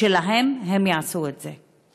שלהם, הם יעשו את זה.